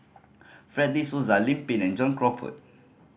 Fred De Souza Lim Pin and John Crawfurd